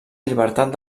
llibertat